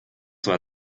war